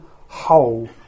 whole